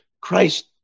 Christ